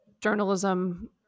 journalism